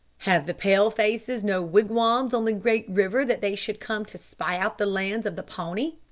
have the pale-faces no wigwams on the great river that they should come to spy out the lands of the pawnee?